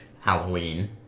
Halloween